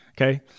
Okay